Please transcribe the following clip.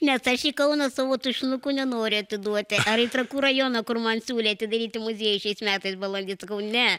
nes aš į kauną savo tušinukų nenori atiduoti ar į trakų rajoną kur man siūlė atidaryti muziejų šiais metais balandį sakau ne